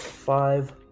Five